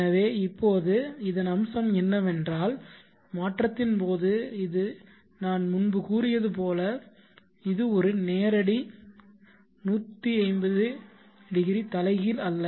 எனவே இப்போது இதன் அம்சம் என்னவென்றால் மாற்றத்தின் போது இது நான் முன்பு கூறியது போல இது ஒரு நேரடி 180 தலைகீழ் அல்ல